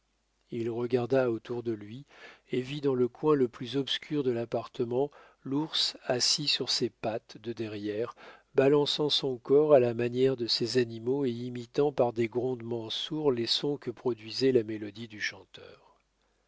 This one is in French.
il regarda autour de lui et vit dans le coin le plus obscur de l'appartement l'ours assis sur ses pattes de derrière balançant son corps à la manière de ces animaux et imitant par des grondements sourds les sons que produisait la mélodie du chanteur